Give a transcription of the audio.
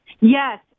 Yes